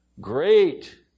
Great